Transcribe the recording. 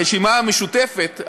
הרשימה המשותפת,